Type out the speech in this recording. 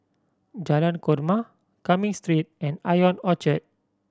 Jalan Korma Cumming Street and Ion Orchard